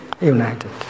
united